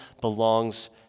belongs